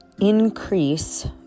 Increase